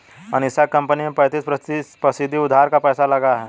अनीशा की कंपनी में पैंतीस फीसद उधार का पैसा लगा है